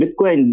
Bitcoin